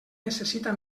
necessita